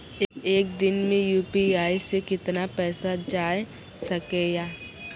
एक दिन मे यु.पी.आई से कितना पैसा जाय सके या?